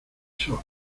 pisó